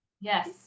yes